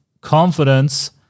confidence